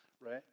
right